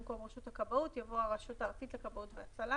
במקום "רשות הכבאות" יבוא "הרשות הארצית לכבאות והצלה".